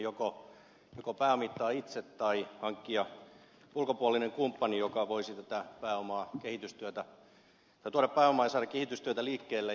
joko pääomittaa itse tai hankkia ulkopuolinen kumppani joka voisi tuoda pääomaa ja saada kehitystyötä liikkeelle